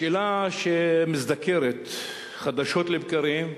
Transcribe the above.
השאלה שמזדקרת חדשות לבקרים: